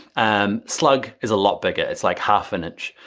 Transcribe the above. um slug is a lot bigger, it's like half an inch,